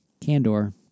Candor